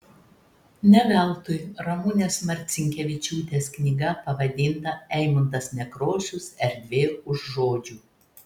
ne veltui ramunės marcinkevičiūtės knyga pavadinta eimuntas nekrošius erdvė už žodžių